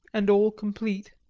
and all complete.